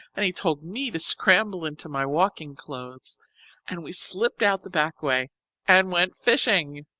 and he told me to scramble into my walking clothes and we slipped out the back way and went fishing.